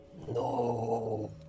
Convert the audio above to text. No